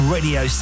Radio